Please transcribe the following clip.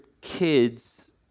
kids